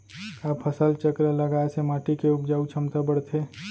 का फसल चक्र लगाय से माटी के उपजाऊ क्षमता बढ़थे?